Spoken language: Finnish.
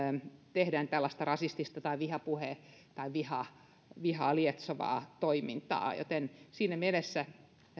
tehdään tällaista rasistista tai vihaa vihaa lietsovaa toimintaa joten siinä mielessä